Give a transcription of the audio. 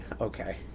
Okay